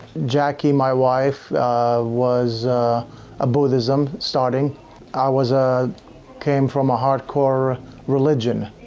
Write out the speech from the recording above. jackie, my wife was a buddhism starting i was a came from a hardcore religion,